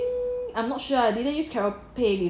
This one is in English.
think not sure I didn't use Caroupay before